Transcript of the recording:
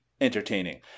Entertaining